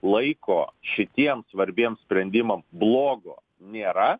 laiko šitiems svarbiems sprendimams blogo nėra